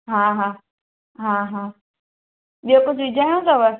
हा हा हा हा ॿियो कुझु विझाइणो अथव